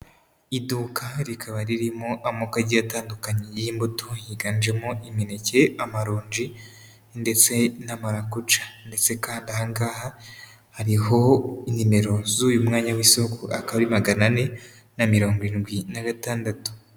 Iduka rikaba ririmo amoko agiye atandukanye y'imbuto yiganjemo imineke, amaronji ndetse n'amarakoja ndetse kandi aha ngaha hariho nimero z'uyu mwanya w'isoko aka ari magana ane na mirongo irindwi na gatandatu.